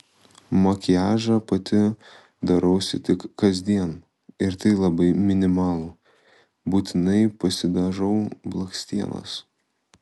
makiažą pati darausi tik kasdien ir tai labai minimalų būtinai pasidažau blakstienas